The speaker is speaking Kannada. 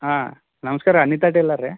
ಹಾಂ ನಮಸ್ಕಾರ ಅನಿತಾ ಟೇಲರೇ